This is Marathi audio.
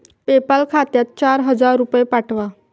पेपाल खात्यात चार हजार रुपये पाठवा